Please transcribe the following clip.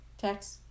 Text